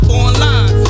online